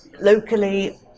locally